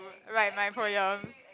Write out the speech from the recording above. write my poems